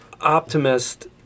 optimist